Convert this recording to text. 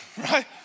right